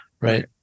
right